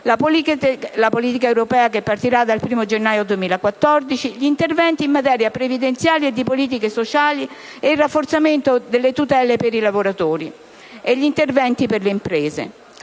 la politica europea che partirà dal 1° gennaio 2014), gli interventi in materia previdenziale e di politiche sociali, il rafforzamento delle tutele per i lavoratori e gli interventi per le imprese.